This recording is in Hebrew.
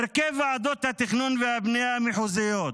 הרכב ועדות התכנון והבנייה המחוזיות: